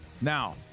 now